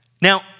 Now